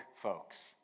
folks